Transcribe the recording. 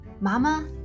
Mama